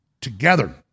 together